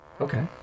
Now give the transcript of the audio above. Okay